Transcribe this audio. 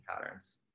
patterns